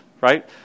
right